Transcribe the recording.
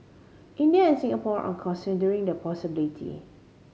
India and Singapore are considering the possibility